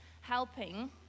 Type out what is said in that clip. helping